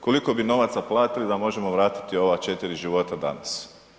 Koliko bi novaca platili da možemo vratiti ova 4 života danas.